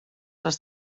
les